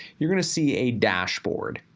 you're gonna see a dashboard.